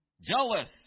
jealous